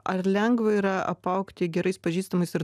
ar lengva yra apaugti gerais pažįstamais ir